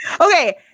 okay